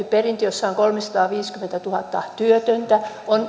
perintö jossa on kolmesataaviisikymmentätuhatta työtöntä on